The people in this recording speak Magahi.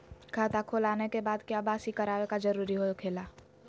खाता खोल आने के बाद क्या बासी करावे का जरूरी हो खेला?